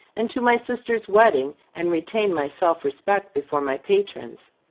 and to my sister's wedding, and retain my self-respect before my patrons?